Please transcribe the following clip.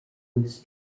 was